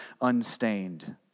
unstained